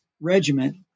regiment